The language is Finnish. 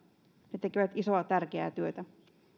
he tekevät isoa tärkeää työtä